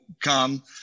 come